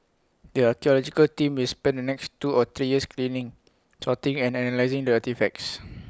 if we break down tasks not all of them require the creativity or experience deemed irreplaceable